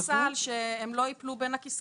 לחפש איזה סעיף סל שהם לא ייפלו בין הכיסאות,